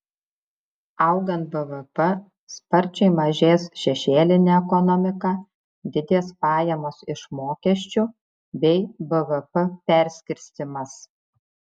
augant bvp sparčiai mažės šešėlinė ekonomika didės pajamos iš mokesčių bei bvp perskirstymas